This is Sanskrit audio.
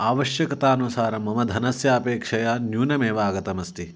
आवश्यकतानुसारं मम धनस्यापेक्षया न्यूनमेव आगतमस्ति